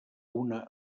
una